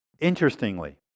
Interestingly